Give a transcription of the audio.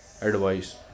advice